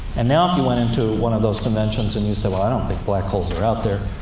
and now, if you went into one of those conventions and you said, well, i don't think black holes are out there,